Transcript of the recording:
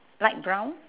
light brown